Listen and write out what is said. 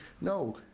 No